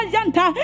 Yanta